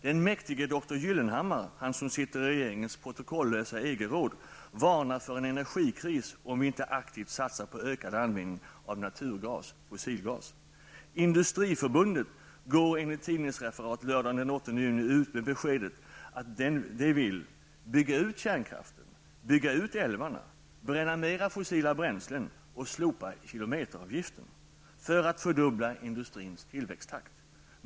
Den mäktige doktor Gyllenhammar -- han som sitter i regeringens protokollösa EG-råd -- varnar för en energikris om vi inte aktivt satsar på ökad användning av naturgas -- fossilgas. Industriförbundet går enligt tidningsreferat lördagen den 8 juni ut med beskedet att man vill bygga ut kärnkraften, bygga ut älvarna, bränna mer fossila bränslen och slopa kilometeravgiften för att fördubbla industrins tillväxttakt.